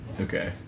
Okay